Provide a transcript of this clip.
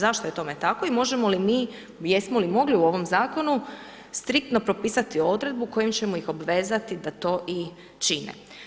Zašto je tome tako i možemo li mi, jesmo li mogli u ovom zakonu striktno propisati odredbu kojim ćemo ih obvezati da to i čime?